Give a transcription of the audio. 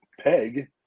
peg